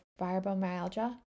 fibromyalgia